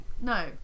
no